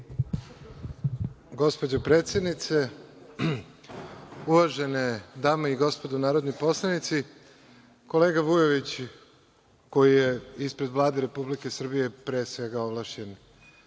Gospođo predsednice, uvažene dame i gospodo narodni poslanici, kolega Vujović, koji je ispred Vlade Republike Srbije pre svega ovlašćen